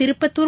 Tirupattur